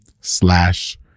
slash